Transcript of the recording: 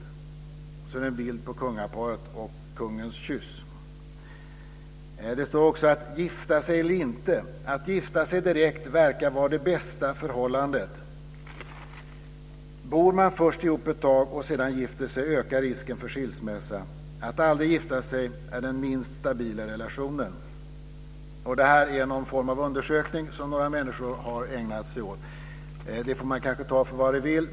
Bredvid finns en bild på kungaparet, på kungens kyss. Det står också följande: "Att gifta sig eller inte. Att gifta sig direkt verkar vara det bästa för förhållandet. Bor man först ihop ett tag och sedan gifter sig ökar risken för skilsmässa. Att aldrig gifta sig är den minst stabila relationen." Det är resultatet av någon undersökning som några människor har ägnat sig åt. Man får ta det för vad man vill.